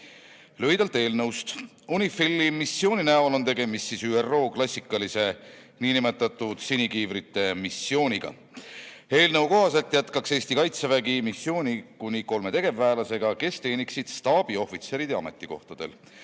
Lühidalt eelnõust. UNIFIL-i missiooni näol on tegemist ÜRO klassikalise nn sinikiivrite missiooniga. Eelnõu kohaselt jätkaks Eesti Kaitsevägi missiooni kuni kolme tegevväelasega, kes teeniksid staabiohvitseride ametikohtadel.